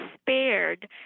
spared